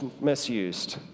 misused